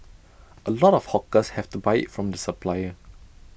A lot of hawkers have to buy IT from the supplier